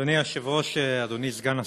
אדוני היושב-ראש, אדוני סגן השר,